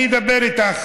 אני אדבר איתך,